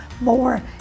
more